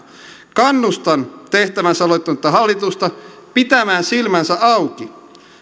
kannustan tehtävänsä aloittanutta hallitusta pitämään silmänsä auki